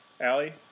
Allie